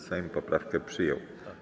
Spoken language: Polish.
Sejm poprawki przyjął.